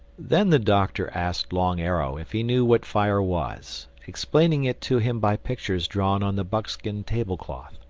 then the doctor asked long arrow if he knew what fire was, explaining it to him by pictures drawn on the buckskin table-cloth.